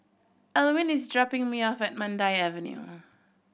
Alwin is dropping me off at Mandai Avenue